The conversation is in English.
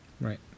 Right